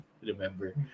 remember